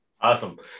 awesome